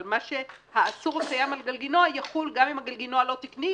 אבל האסור הקיים על גלגינוע יחול גם אם הגלגינוע לא תקני,